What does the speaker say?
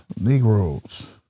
Negroes